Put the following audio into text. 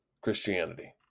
Christianity